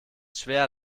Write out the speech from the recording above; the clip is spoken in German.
schwer